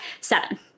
seven